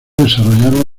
desarrollaron